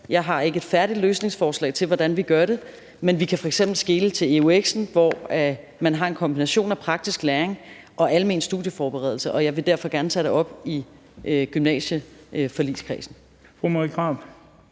Jeg har ikke et færdigt løsningsforslag til, hvordan vi gør det, men vi kan f.eks. skele til eux'en, hvor man har en kombination af praktisk læring og almen studieforberedelse, og jeg vil derfor gerne tage det op i gymnasieforligskredsen. Kl.